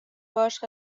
باهاش